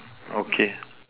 okay